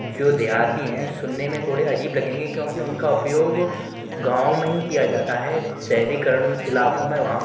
जो देहाती हैं सुनने में थोड़े अजीब लगेंगे क्योंकि उनका उपयोग गाँव में ही किया जाता है शहरीकरण इलाक़ों में वहाँ